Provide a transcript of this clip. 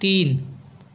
तीन